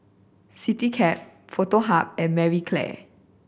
Citycab Foto Hub and Marie Claire